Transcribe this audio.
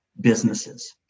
businesses